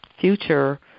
future